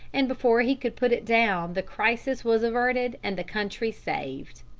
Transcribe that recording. and before he could put it down the crisis was averted and the country saved.